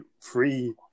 free